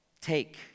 take